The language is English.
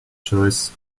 choice